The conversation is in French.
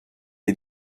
est